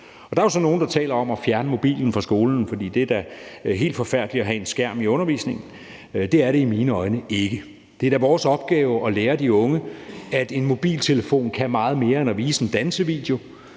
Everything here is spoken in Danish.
Der er jo så nogle, der taler om at fjerne mobilen fra skolen, for det er da helt forfærdeligt at have en skærm i undervisningen. Det er det i mine øjne ikke. Det er da vores opgave at lære de unge, at en mobiltelefon kan meget mere end at vise en dansevideo.